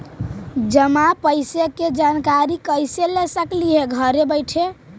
जमा पैसे के जानकारी कैसे ले सकली हे घर बैठे?